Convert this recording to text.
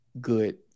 good